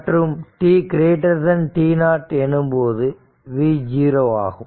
மற்றும் tt0 எனும்போது v0 ஆகும்